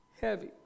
heavy